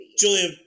Julia